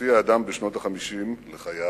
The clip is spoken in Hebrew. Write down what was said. הופיע אדם בשנות ה-50 לחייו